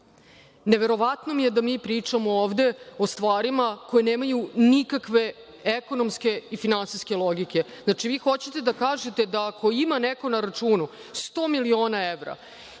neverovatno mi je da mi pričamo ovde o stvarima koje nemaju nikakve ekonomske i finansijske logike. Znači, vi hoćete da kažete da ako ima neko na računu 100 miliona evra